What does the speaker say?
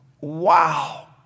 Wow